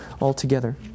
altogether